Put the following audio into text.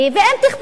ואם תכפו,